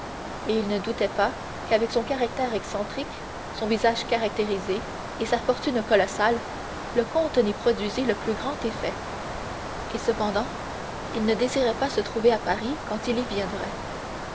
et il ne doutait pas qu'avec son caractère excentrique son visage caractérisé et sa fortune colossale le comte n'y produisit le plus grand effet et cependant il ne désirait pas se trouver à paris quand il y viendrait